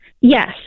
yes